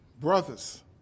brothers